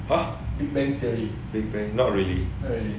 !huh! not really